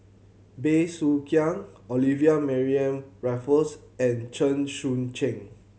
Bey Soo Khiang Olivia Mariamne Raffles and Chen Sucheng